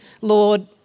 Lord